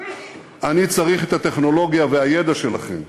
אני צריך את הטכנולוגיה והידע שלכם.